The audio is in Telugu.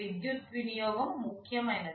విద్యుత్ వినియోగం ముఖ్యమైనది